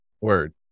Word